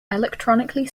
electronically